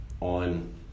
on